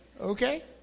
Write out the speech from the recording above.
Okay